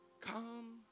Come